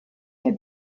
der